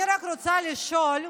אני רק רוצה לשאול,